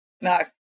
No